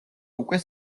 უკვე